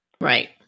Right